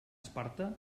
esparta